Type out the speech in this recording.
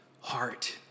heart